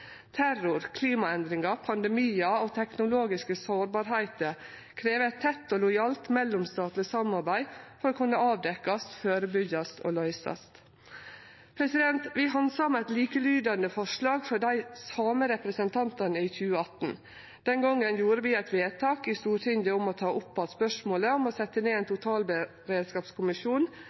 Terror, klimaendringar, pandemiar og teknologiske sårbarheiter krev eit tett og lojalt mellomstatleg samarbeid for å kunne avdekkjast, førebyggjast og løysast. Vi handsama eit likelydande forslag frå dei same representantane i 2018. Den gongen gjorde vi eit vedtak i Stortinget om å ta opp att spørsmålet om å setja ned ein totalberedskapskommisjon